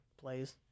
plays